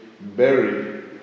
buried